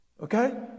Okay